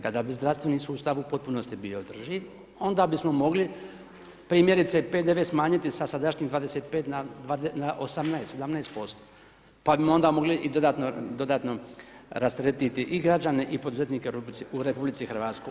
Kada bi zdravstveni sustav u potpunosti bio održiv onda bismo mogli primjerice PDV smanjiti sa sadašnjih 25 na 18, 17%, pa bi onda mogli i dodatno rasteretiti i građane i poduzetnike u RH.